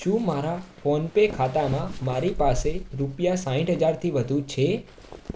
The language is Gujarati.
શું મારા ફોનપે ખાતામાં મારી પાસે રૂપિયા સાઠ હજારથી વધુ છે